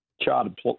chartered